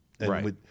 Right